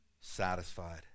satisfied